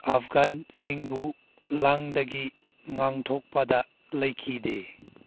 ꯑꯐꯒꯥꯟꯁꯤꯡꯕꯨ ꯂꯥꯟꯗꯒꯤ ꯉꯥꯛꯊꯣꯛꯄꯗ ꯂꯩꯈꯤꯗꯦ